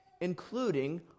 including